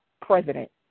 president